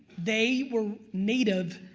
they were native.